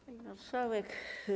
Pani Marszałek!